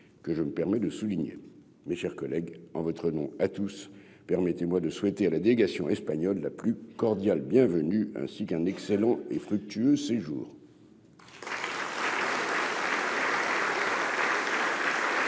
que je me permets de souligner, mes chers collègues, en votre nom à tous, permettez-moi de souhaiter à la délégation espagnole la plus cordiale bienvenue, ainsi qu'un excellent et fructueux séjour. La parole est